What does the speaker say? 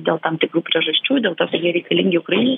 dėl tam tikrų priežasčių dėl to ten jie reikalingi ukrainai